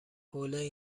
حوله